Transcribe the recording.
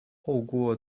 透过